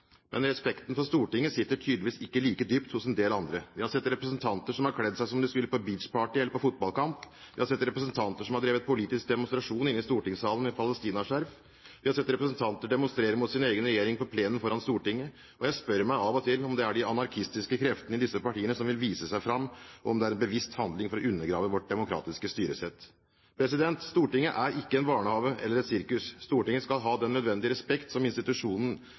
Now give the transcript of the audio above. Men respekten for Stortinget sitter tydeligvis ikke like dypt hos en del andre. Vi har sett representanter som har kledd seg som om de skulle på beach-party eller på fotballkamp, vi har sett representanter som har drevet politisk demonstrasjon inne i stortingssalen med palestinaskjerf, vi har sett representanter demonstrere mot sin egen regjering på plenen foran Stortinget. Jeg spør meg av og til om det er de anarkistiske kreftene i disse partiene som vil vise seg fram, og om det er en bevisst handling for å undergrave vårt demokratiske styresett. Stortinget er ikke en barnehage eller et sirkus. Stortinget skal ha den nødvendige respekt som